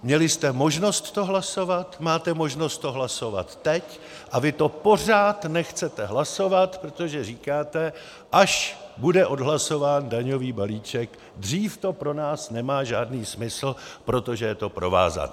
Měli jste možnost to hlasovat, máte možnost to hlasovat teď, a vy to pořád nechcete hlasovat, protože říkáte: až bude odhlasován daňový balíček, dřív to pro nás nemá žádný smysl, protože je to provázané.